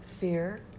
fear